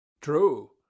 True